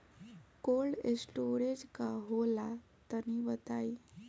Cold storage का होला तनि बताई?